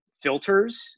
filters